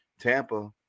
Tampa